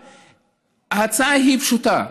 ההצעה היא פשוטה,